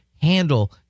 handle